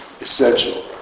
essential